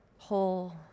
whole